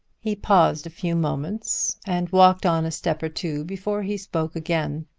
he paused a few moments and walked on a step or two before he spoke again.